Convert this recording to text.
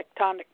tectonic